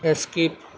skip